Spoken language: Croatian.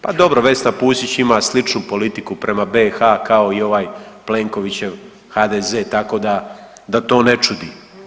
Pa dobro Vesna Pusić ima sličnu politiku prema BiH kao i ovaj Plenkovićev HDZ tako da, da to ne čudi.